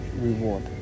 reward